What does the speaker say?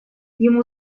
ему